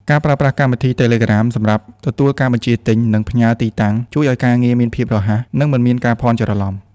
ការប្រើប្រាស់កម្មវិធី តេឡេក្រាម សម្រាប់ទទួលការបញ្ជាទិញ និងផ្ញើទីតាំង ជួយឱ្យការងារមានភាពរហ័ស និងមិនមានការភ័ន្តច្រឡំ។